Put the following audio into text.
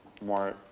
more